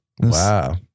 Wow